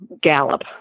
gallop